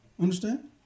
Understand